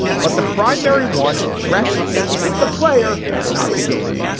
but the primary one rests with the player, not the game.